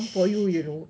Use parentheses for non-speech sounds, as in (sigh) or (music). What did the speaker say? (noise)